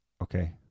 okay